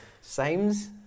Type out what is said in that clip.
Sames